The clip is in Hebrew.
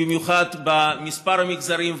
במיוחד בכמה מגזרים,